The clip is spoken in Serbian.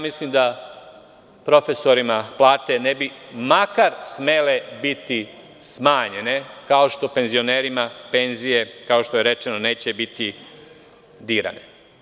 Mislim da profesorima ne bi smele biti smanjene plate, kao što penzionerima penzije, kao što je rečeno, neće biti dirane.